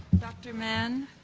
dr. mann.